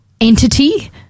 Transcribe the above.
entity